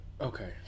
Okay